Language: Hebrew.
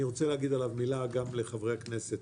אני רוצה להגיד עליו מילה גם לחברי הכנסת,